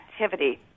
activity